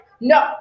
No